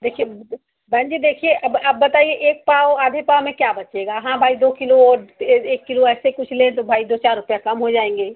देखिए बहन जी देखिए अब बताइए एक पाव आधे पाव में क्या बचेगा हाँ भाई दो कीलो और एक कीलो ऐसे कुछ लें तो भाई दो चार रुपए कम हो जाएँगे